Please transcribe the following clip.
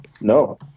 no